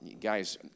Guys